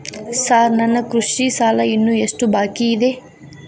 Sir ನನ್ನ ಕೃಷಿ ಸಾಲ ಇನ್ನು ಎಷ್ಟು ಬಾಕಿಯಿದೆ?